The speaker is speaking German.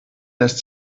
lässt